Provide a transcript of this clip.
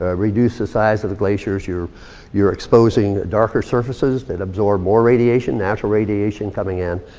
ah reduce the size of the glaciers. you're you're exposing darker surfaces that absorb more radiation, natural radiation coming in.